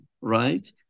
right